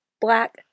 Black